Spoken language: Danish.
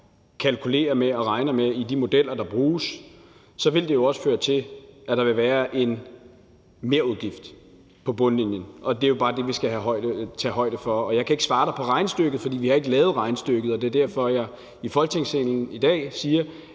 kalkulerer med og regner med i de modeller, der bruges, vil det jo også på bundlinjen føre til, at der vil være en merudgift. Det er bare det, vi skal tage højde for. Jeg kan ikke svare på regnestykket, for vi har ikke lavet regnestykket. Det er derfor, at jeg i dag i Folketingssalen siger,